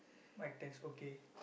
mic test okay